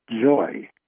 Joy